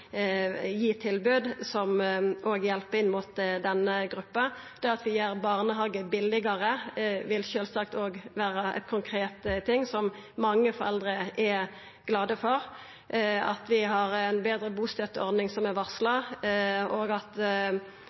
gi tilbod som òg hjelper denne gruppa. Det at vi gjer barnehage billegare, vil sjølvsagt òg vera ein konkret ting som mange foreldre er glade for. Vi har ei betre bustøtteordning, som er varsla, og